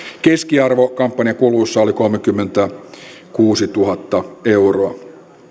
keskiarvo kampanjakuluissa oli kolmekymmentäkuusituhatta euroa